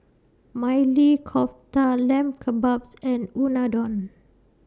Maili Kofta Lamb Kebabs and Unadon